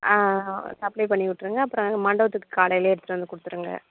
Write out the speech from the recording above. ஆ supply பண்ணி விட்டுருங்க அப்பறோ மண்டபத்துக்கு காலையிலயே எடுத்துகிட்டு வந்து கொடுத்துருங்க